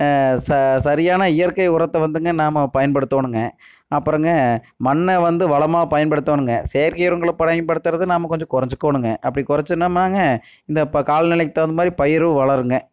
ச சரியான இயற்கை உரத்தை வந்துங்க நாம பயன்படுத்தோணுங்க அப்பறோங்க மண்ண வந்து வளமாக பயன்படுத்தோணுங்க செயற்கை உரங்களை பயன்படுத்தறது நாம கொஞ்சம் குறச்சிக்கோணுங்க அப்படி குறச்சோன்னாமாங்க இந்த இப்போ காலநிலைக்கு தகுந்த மாரி பயிரும் வளருங்க